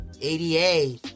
ADA